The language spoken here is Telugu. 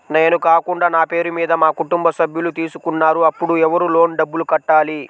నేను కాకుండా నా పేరు మీద మా కుటుంబ సభ్యులు తీసుకున్నారు అప్పుడు ఎవరు లోన్ డబ్బులు కట్టాలి?